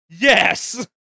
Yes